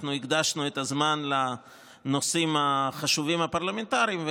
אנחנו הקדשנו את הזמן לנושאים הפרלמנטריים החשובים,